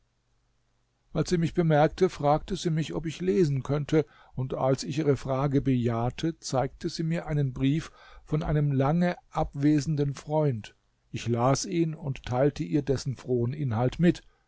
als sie mich bemerkte fragte sie mich ob ich lesen könnte und als ich ihre frage bejahte zeigte sie mir einen brief von einem lange abwesenden freund ich las ihn und teilte ihr dessen frohen inhalt mit